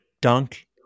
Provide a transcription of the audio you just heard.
dunk